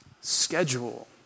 schedule